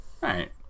right